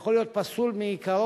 שיכול להיות פסול מעיקרו,